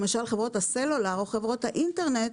למשל חברות הסלולר או חברות האינטרנט,